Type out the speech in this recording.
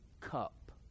cup